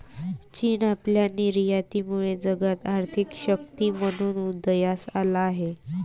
चीन आपल्या निर्यातीमुळे जगात आर्थिक शक्ती म्हणून उदयास आला आहे